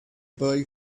boy